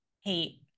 hate